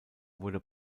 wurde